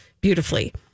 Beautifully